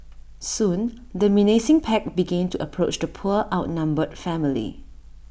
soon the menacing pack began to approach the poor outnumbered family